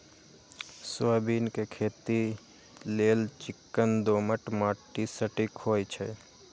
soybean के खेती लेल चिक्कन दोमट माटि सटिक होइ छइ